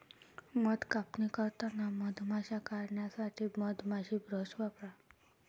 मध कापणी करताना मधमाश्या काढण्यासाठी मधमाशी ब्रश वापरा